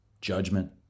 judgment